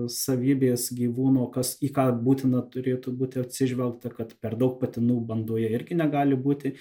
savybės gyvūno kas į ką būtina turėtų būti atsižvelgta kad per daug patinų bandoje irgi negali būti